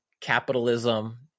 capitalism